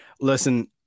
Listen